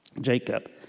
Jacob